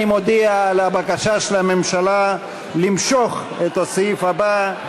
אני מודיע על הבקשה של הממשלה למשוך את הסעיף הבא,